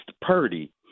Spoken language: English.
Purdy